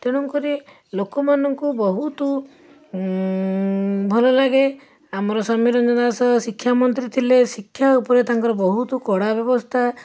ତେଣୁକରି ଲୋକମାନଙ୍କୁ ବହୁତ ଭଲ ଲାଗେ ଆମର ସୋମ୍ୟରଞ୍ଜନ ଦାସ ଶିକ୍ଷାମନ୍ତ୍ରୀ ଥିଲେ ଶିକ୍ଷା ଉପରେ ତାଙ୍କର ବହୁତ କଡ଼ା ବ୍ୟବସ୍ଥା